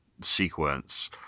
sequence